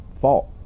fault